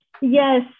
Yes